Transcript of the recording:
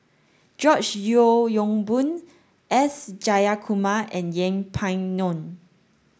George Yeo Yong Boon S Jayakumar and Yeng Pway Ngon